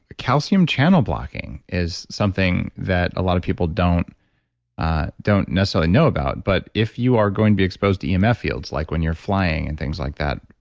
ah calcium channel blocking is something that a lot of people don't don't necessarily know about, but if you are going to be exposed to yeah emf fields like when you're flying and things like that,